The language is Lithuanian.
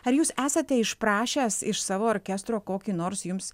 ar jūs esate išprašęs iš savo orkestro kokį nors jums